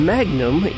Magnum